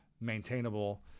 maintainable